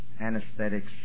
anesthetics